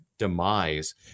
demise